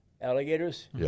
alligators